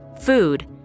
food